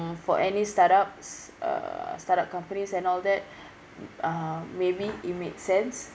for any startups uh startup companies and all that uh maybe it make sense